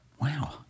Wow